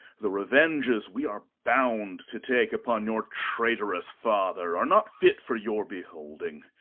the revenges we are bound to take upon your traitorous father are not fit for your beholding.